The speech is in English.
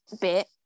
bit